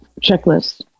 checklist